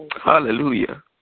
Hallelujah